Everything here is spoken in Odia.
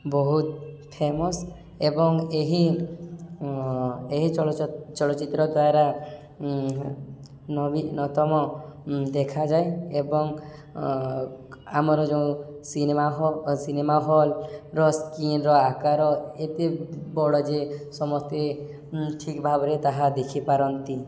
ବହୁତ ଫେମସ୍ ଏବଂ ଏହି ଏହି ଚଳଚ୍ଚିତ୍ର ଦ୍ୱାରା ନବୀନତମ ଦେଖାଯାଏ ଏବଂ ଆମର ଯେଉଁ ସିନେମା ହଲ୍ ସିନେମା ହଲ୍ର ସ୍କ୍ରିନ୍ର ଆକାର ଏତେ ବଡ଼ ଯେ ସମସ୍ତେ ଠିକ୍ ଭାବରେ ତାହା ଦେଖିପାରନ୍ତି